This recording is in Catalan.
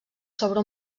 sobre